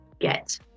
Get